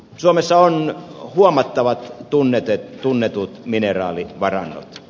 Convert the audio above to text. suomessa on huomattavat tunnetut mineraalivarannot